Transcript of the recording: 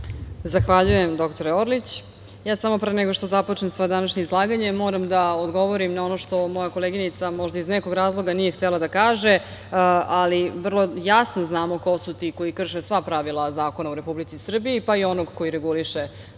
Zahvaljujem, dr Orlić. Pre nego što započnem svoje današnje izlaganje, moram da odgovorim na ono što moja koleginica možda iz nekog razloga nije htela da kaže, ali vrlo jasno znamo ko su ti koji krše sva pravila zakona u Republici Srbiji, pa i onog koji reguliše